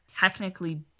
technically